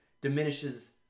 diminishes